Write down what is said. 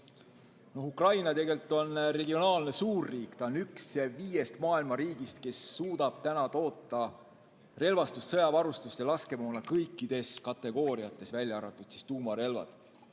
Ukraina on tegelikult regionaalne suurriik. Ta on üks viiest maailma riigist, kes suudab täna toota relvastust, sõjavarustust ja laskemoona kõikides kategooriates välja arvatud tuumarelvad